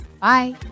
Bye